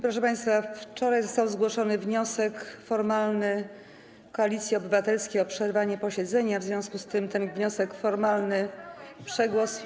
Proszę państwa, wczoraj został zgłoszony wniosek formalny Koalicji Obywatelskiej o przerwanie posiedzenia, w związku z czym ten wniosek formalny przegłosujemy.